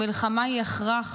המלחמה היא הכרח